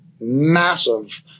massive